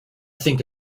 think